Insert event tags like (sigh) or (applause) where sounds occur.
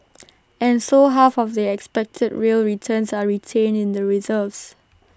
(noise) and so half of the expected real returns are retained in the reserves